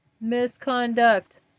misconduct